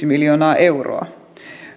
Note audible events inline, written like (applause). (unintelligible) miljoonaa euroa